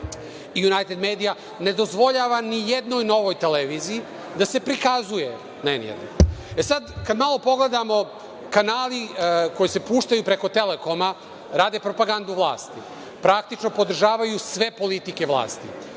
„Junajted medija“ ne dozvoljava nijednoj novoj televiziji da se prikazuje na N1.E sad, kad malo pogledamo, kanali koji se puštaju preko „Telekoma“ rade propagandu vlasti, praktično podržavaju sve politike vlasti,